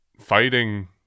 fighting